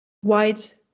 white